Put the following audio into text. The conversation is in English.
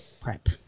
prep